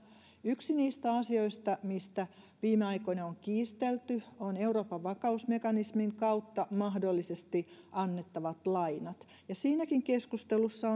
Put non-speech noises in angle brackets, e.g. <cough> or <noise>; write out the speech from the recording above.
yksi niistä asioista mistä viime aikoina on kiistelty on euroopan vakausmekanismin kautta mahdollisesti annettavat lainat siinäkin keskustelussa <unintelligible>